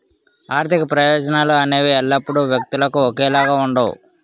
ఆర్థిక ప్రయోజనాలు అనేవి ఎల్లప్పుడూ వ్యక్తులకు ఒకేలా ఉండవు